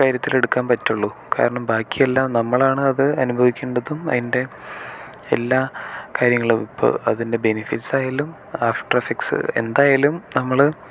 കാര്യത്തിൽ എടുക്കാൻ പറ്റുള്ളൂ കാരണം ബാക്കിയെല്ലാം നമ്മളാണ് അത് അനുഭവിക്കേണ്ടതും അതിൻ്റെ എല്ലാ കാര്യങ്ങളും ഇപ്പോൾ അതിൻ്റെ ബെനിഫിറ്റ്സായാലും ആഫ്റ്റർ എഫക്ട്സ് എന്തായാലും നമ്മൾ